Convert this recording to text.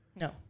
No